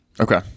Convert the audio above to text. okay